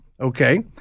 okay